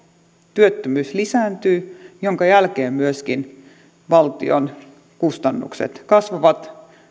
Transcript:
työttömyys lisääntyy minkä jälkeen myöskin valtion kustannukset kasvavat